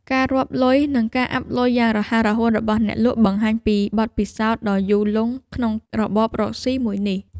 ការរាប់លុយ និងការអាប់លុយយ៉ាងរហ័សរហួនរបស់អ្នកលក់បង្ហាញពីបទពិសោធន៍ដ៏យូរលង់ក្នុងរបររកស៊ីមួយនេះ។